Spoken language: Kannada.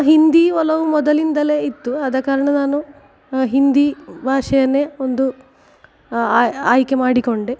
ಹಿಂದಿ ಒಲವು ಮೊದಲಿಂದಲೇ ಇತ್ತು ಆದ ಕಾರಣ ನಾನು ಹಿಂದಿ ಭಾಷೆಯನ್ನೇ ಒಂದು ಆಯ್ಕೆ ಮಾಡಿಕೊಂಡೆ